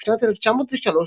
בשנת 1903,